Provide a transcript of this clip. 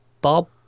Bob